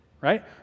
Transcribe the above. right